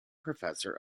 professor